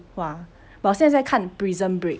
!wah! 我现在在看 prison break